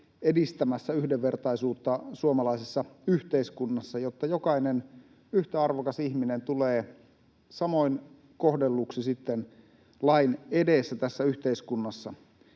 edistämässä yhdenvertaisuutta suomalaisessa yhteiskunnassa, jotta jokainen yhtä arvokas ihminen tulee samoin kohdelluksi lain edessä tässä yhteiskunnassa.